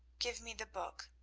give me the book.